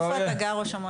איפה אתה גר ראש המועצה?